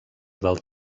del